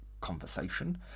conversation